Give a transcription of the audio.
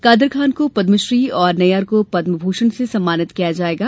कादर खान को पद्मश्री और नय्यर को पद्म भूषण से सम्मानित किया जाएगा